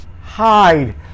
hide